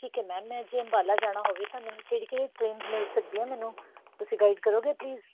ਠੀਕ ਹੈ ਮੈਮ ਮੈਂ ਜੇ ਅੰਬਾਲਾ ਜਾਣਾ ਹੋਵੇ ਤਾਂ ਮੈਨੂੰ ਕਿਹੜੀ ਕਿਹੜੀ ਟ੍ਰੇਨਸ ਮਿਲ ਸਕਦੀਆਂ ਮੈਨੂੰ ਤੁਸੀਂ ਗਾਈਡ ਕਰੋਂਗੇ ਪਲੀਜ਼